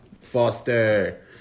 Foster